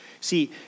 See